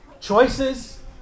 Choices